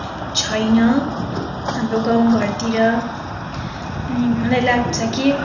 छैन हाम्रो गाउँ घरतिर अनि मलाई लाग्छ कि